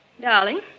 darling